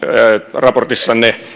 raportissanne